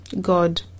God